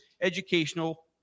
educational